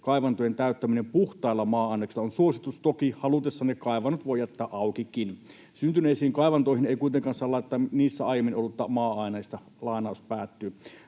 kaivantojen täyttäminen puhtaalla maa-aineksella on suositus. Toki halutessanne kaivannot voi jättää aukikin. Syntyneisiin kaivantoihin ei kuitenkaan saa laittaa niissä aiemmin ollutta maa-ainesta.” Tämä